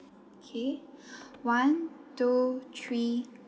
K one two three